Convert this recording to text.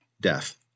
death